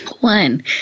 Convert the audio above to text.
One